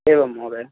एवम् महोदय